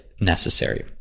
necessary